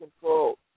control